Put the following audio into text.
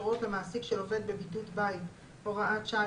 (הוראות למעסיק של עובד בבידוד בית) (הוראת שעה),